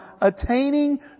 attaining